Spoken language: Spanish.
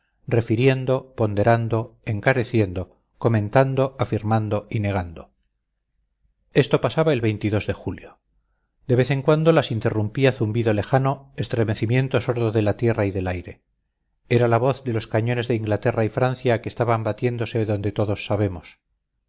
refiriendo ponderando encareciendo comentando afirmando y negando esto pasaba el de julio de vez en cuando las interrumpía zumbido lejano estremecimiento sordo de la tierra y del aire era la voz de los cañones de inglaterra y francia que estaban batiéndose donde todos sabemos